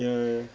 ya ya